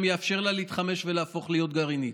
יאפשר לה להתחמש ולהפוך להיות גרעינית.